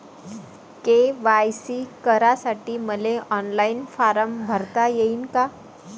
KYC करासाठी मले online form भरता येईन का?